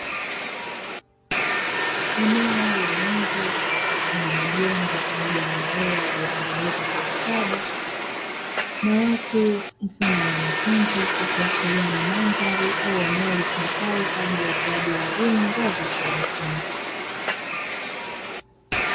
Eneo la nje lenye majengo pamoja na maua yaliyotengenezwa kwa ustadi na watu (mfano wa wanafunzi), ikiashiria ni mandhari au eneo litumikalo kwa ajili ya utoaji wa elimu ngazi ya shule ya msingi.